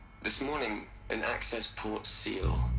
this morning. an access port seal.